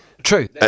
True